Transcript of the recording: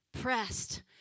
pressed